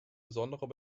besonderer